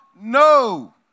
No